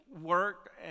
work